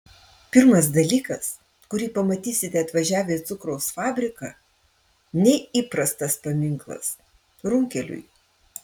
pirmas dalykas kurį pamatysite atvažiavę į cukraus fabriką neįprastas paminklas runkeliui